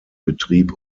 betrieb